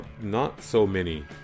not-so-many